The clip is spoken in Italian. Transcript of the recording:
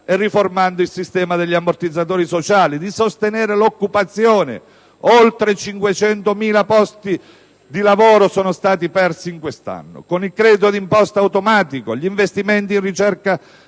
e riformando il sistema degli ammortizzatori sociali; di sostenere l'occupazione (oltre 500.000 posti di lavoro sono stati persi questo anno) con il credito di imposta automatico, gli investimenti in ricerca e